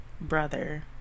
brother